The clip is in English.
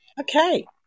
okay